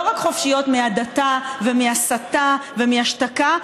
לא חופשיות רק מהדתה ומהסתה ומהשתקה,